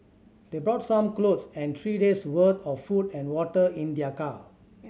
they brought some clothes and three days' worth of food and water in their car